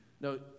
No